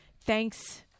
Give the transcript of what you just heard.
Thanks